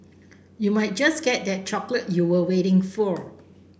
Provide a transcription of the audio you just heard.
you might just get that chocolate you were waiting for